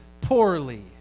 poorly